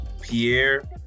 Pierre